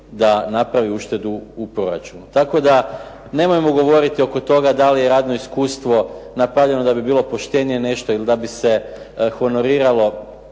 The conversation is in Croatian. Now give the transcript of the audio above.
da napravi uštedu u proračunu, tako da nemojmo govoriti oko toga da li je radno iskustvo napravljeno da bi bilo poštenije nešto ili da bi se honoriralo